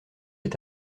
est